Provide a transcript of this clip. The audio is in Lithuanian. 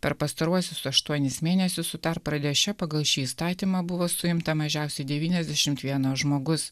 per pastaruosius aštuonis mėnesius pradeše pagal šį įstatymą buvo suimta mažiausiai devyniasdešimt vienas žmogus